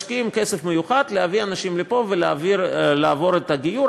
משקיעים כסף מיוחד להביא אנשים לפה ולעבור את הגיור.